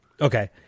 Okay